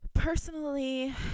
personally